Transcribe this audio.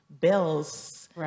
bills